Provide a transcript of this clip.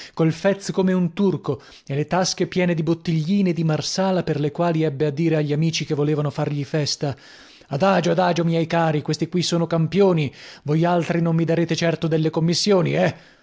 col fez come un turco e le tasche piene di bottigline di marsala per le quali ebbe a dire agli amici che volevano fargli festa adagio adagio miei cari questi qui sono campioni voialtri non mi darete certo delle commissioni eh